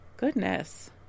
goodness